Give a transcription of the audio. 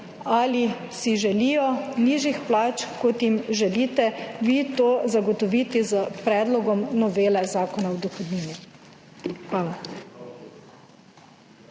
ali si želijo nižjih plač, kot jim želite vi to zagotoviti s predlogom novele Zakona o dohodnini. Hvala.